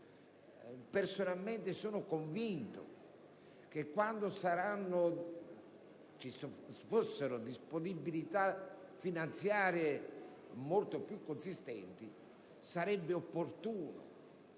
Personalmente sono convinto che, ove vi fossero disponibilità finanziarie molto più consistenti, sarebbe opportuno